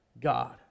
God